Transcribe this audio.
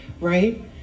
right